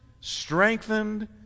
strengthened